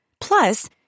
Plus